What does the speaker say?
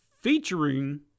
featuring